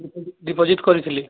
deposit କରିଥିଲି